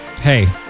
hey